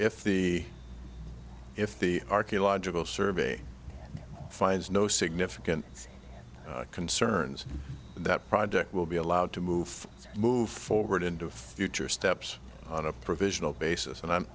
if the if the archaeological survey finds no significant concerns that project will be allowed to move move forward into future steps on a provisional basis and i'm